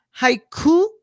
Haiku